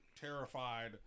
terrified